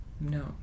No